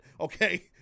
Okay